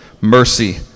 mercy